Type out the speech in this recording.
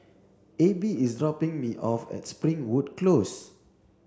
Abby is dropping me off at Springwood Close